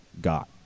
got